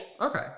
Okay